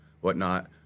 whatnot